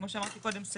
כמו שאמרתי קודם,